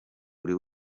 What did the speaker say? buri